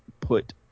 put